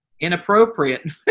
inappropriate